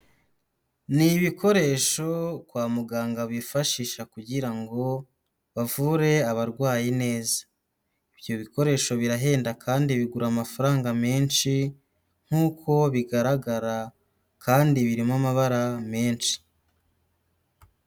Ni ibikoresho kwa muganga bifashisha kugira ngo bavure abarwayi neza, ibyo bikoresho birahenda kandi bigura amafaranga menshi nkuko bigaragara kandi birimo amabara menshi.